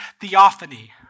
theophany